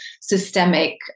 systemic